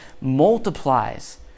multiplies